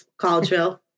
collegeville